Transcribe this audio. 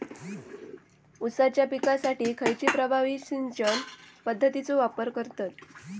ऊसाच्या पिकासाठी खैयची प्रभावी सिंचन पद्धताचो वापर करतत?